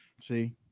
See